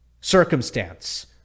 circumstance